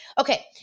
Okay